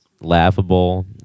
Laughable